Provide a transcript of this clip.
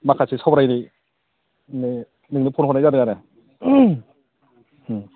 माखासे सावरायनायनो नोंनो फन हरनाय जादों आरो